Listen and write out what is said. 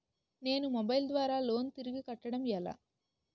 నేను మొబైల్ ద్వారా లోన్ తిరిగి కట్టడం ఎలా?